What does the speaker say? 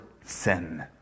sin